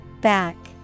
Back